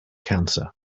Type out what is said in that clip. cancer